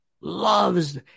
loves